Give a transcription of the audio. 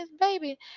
baby